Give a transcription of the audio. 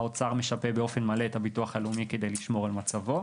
והאוצר משפה באופן מלא את הביטוח הלאומי כדי לשמור על מצבו.